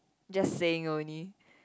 just saying only